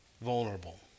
vulnerable